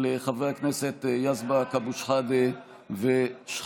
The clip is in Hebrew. של חברי הכנסת יזבק, אבו שחאדה ושחאדה.